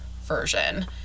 version